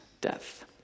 death